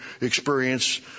experience